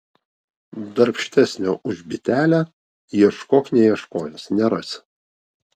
darbštesnio už bitelę ieškok neieškojęs nerasi